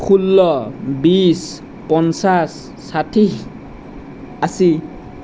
ষোল্ল বিছ পঞ্চাছ ষাঠি আশী